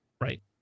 right